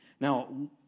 Now